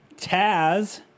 Taz